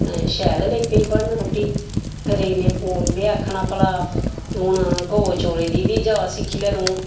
शैल लेई पेई बनन रुट्टी फिर इ'नें हून बी आखना भला ते हून गौऽ चौने दी बी जाच सिक्खी लै तूं